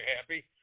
happy